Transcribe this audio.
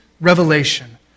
revelation